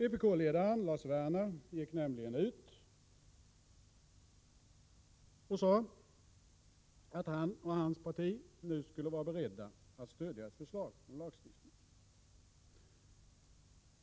Vpk-ledaren Lars Werner gick nämligen ut och sade att han och hans parti vore beredda att stödja ett förslag om lagstiftning.